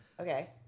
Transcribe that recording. okay